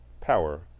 power